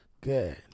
Good